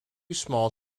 small